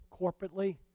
corporately